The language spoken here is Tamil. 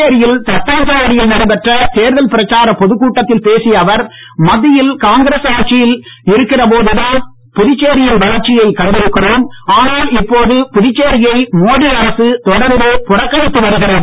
புதுச்சேரியில் தட்டாஞ்சாவடியில் நடைபெற்ற தேர்தல் பிரச்சார பொதுக் கூட்டத்தில் பேசிய அவர் மத்தியில் காங்கிரஸ் ஆட்சியில் இருக்கிற போதுதான் புதுச்சேரியின் வளர்ச்சியை கண்டிருக்கின்றோம் ஆனால் இப்போது புதுச்சேரியை மோடி அரசு தொடர்ந்து புறக்கணித்து வருகிறது